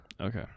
okay